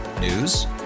News